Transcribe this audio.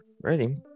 ready